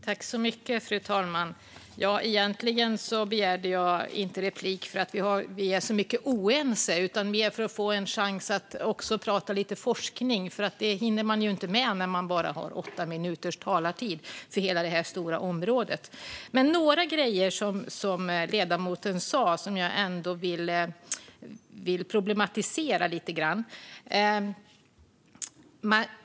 Fru talman! Egentligen begärde jag inte replik för att vi är mycket oense, utan jag gjorde det mer för att få en chans att prata lite forskning, för det hinner man inte med när man bara har åtta minuters talartid för hela detta stora område. Men det är några grejer som ledamoten sa som jag vill problematisera lite grann.